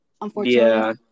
unfortunately